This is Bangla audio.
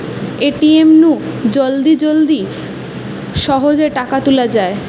এ.টি.এম নু জলদি জলদি সহজে টাকা তুলা যায়